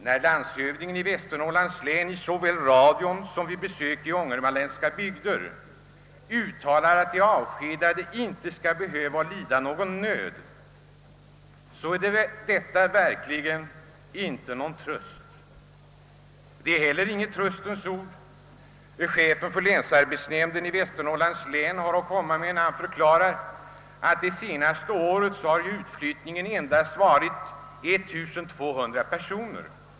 När landshövdingen i Västernorrlands län såväl i radio som vid besök i ångermanländska bygder uttalar att de avskedade inte skall behöva lida nöd är detta verkligen ingen tröst. Det är heller inga tröstens ord chefen för länsarbetsnämnden i Västernorrland har att komma med då han förklarar att utflyttningen det senaste året »endast» varit 1200 personer.